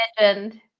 legend